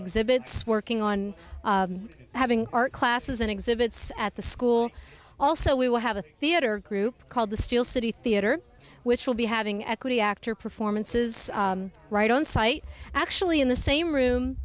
exhibits working on having art classes and exhibits at the school also we will have a theater group called the steel city theater which will be having equity actor performances right on site actually in the same room